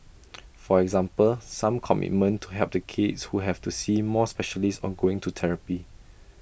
for example some commitment to help the kids who have to see more specialists or going to therapy